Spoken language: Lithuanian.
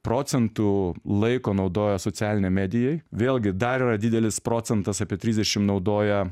procentų laiko naudoja socialinei medijai vėlgi dar yra didelis procentas apie trisdešimt naudoja